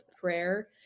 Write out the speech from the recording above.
prayer